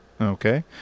Okay